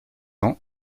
ans